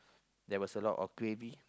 there was a lot of gravy